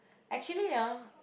actually ah